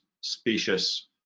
specious